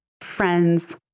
friends